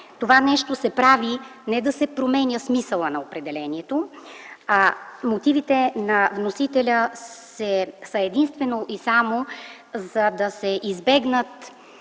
Това нещо се прави, не за да се променя смисълът на определението. Мотивите на вносителя са единствено и само, за да се избегнат